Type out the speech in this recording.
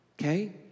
okay